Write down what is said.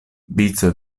vico